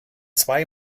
zwei